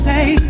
say